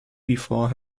before